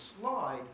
slide